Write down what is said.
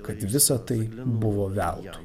kad visa tai buvo veltui